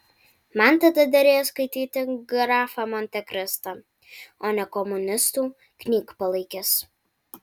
man tada derėjo skaityti grafą montekristą o ne komunistų knygpalaikes